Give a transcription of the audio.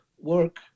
work